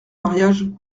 mariage